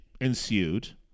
ensued